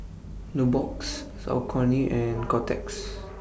Nubox Saucony and Kotex